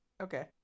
Okay